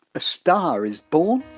a star is born